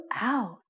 out